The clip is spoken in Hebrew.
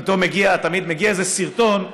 פתאום מגיע איזה סרטון,